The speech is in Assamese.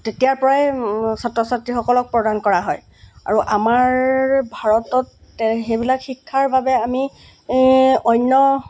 তেতিয়াৰ পৰাই ছাত্ৰ ছাত্ৰীসকলক প্ৰদান কৰা হয় আৰু আমাৰ ভাৰতত সেইবিলাক শিক্ষাৰ বাবে আমি অন্য